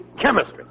Chemistry